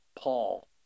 Paul